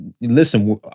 listen